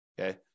okay